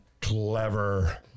Clever